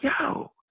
yo